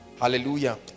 Hallelujah